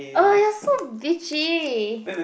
oh you're so bitchy